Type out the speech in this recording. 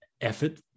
effort